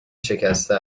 شکسته